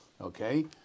okay